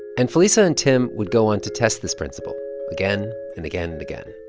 and felisa and tim would go on to test this principle again and again and again